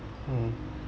mm